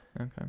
Okay